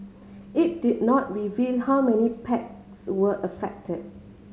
it did not reveal how many packs were affected